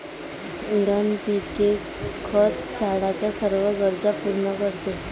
NPK खत झाडाच्या सर्व गरजा पूर्ण करते